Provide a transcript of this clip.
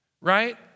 right